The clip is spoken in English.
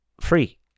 free